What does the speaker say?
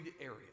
area